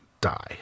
die